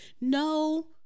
no